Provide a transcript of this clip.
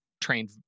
trained